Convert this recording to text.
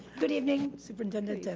good evening, superintendent, and